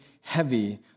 heavy